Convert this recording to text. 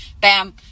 Bam